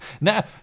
now